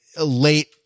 late